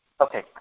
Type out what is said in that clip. Okay